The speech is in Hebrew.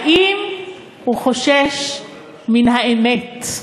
האם הוא חושש מן האמת?